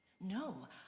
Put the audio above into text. No